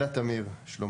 רו"ח ועו"ד אלה תמיר שלמה